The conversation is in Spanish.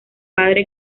padre